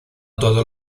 todos